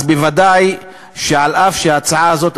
אז בוודאי שאף-על-פי שההצעה זאת,